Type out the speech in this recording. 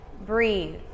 breathe